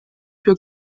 für